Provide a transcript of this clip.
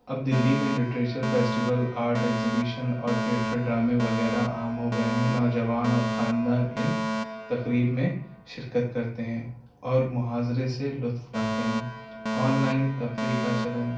اب دہلی میں literature festival art exhibition اور تھیئیٹر ڈرامے وغیرہ عام ہو گئے ہیں نوجوان اور خاندان ان تقریب میں شرکت کرتے ہیں اور مظاہرے سے لطف اٹھاتے ہیں آنلائن تفریح کا چلن